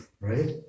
Right